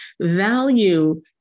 value